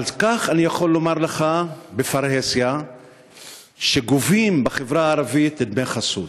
על כך אני יכול לומר לך בפרהסיה שגובים בחברה הערבית דמי חסות.